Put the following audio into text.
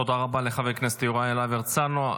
תודה רבה לחבר הכנסת יוראי להב הרצנו.